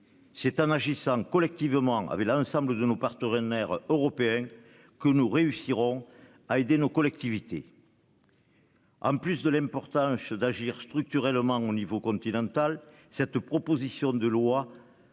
C'est un agissant collectivement avec l'ensemble de nos partenaires européens que nous réussirons à aider nos collectivités.-- En plus de l'importance d'agir structurellement au niveau continental. Cette proposition de loi.